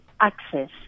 Access